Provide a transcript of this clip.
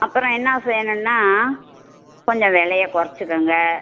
அப்புறம் என்ன செய்யணும்னா கொஞ்சம் வெலையை கொறச்சுக்கோங்க